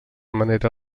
manera